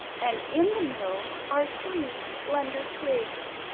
and in the mill are three slender twigs.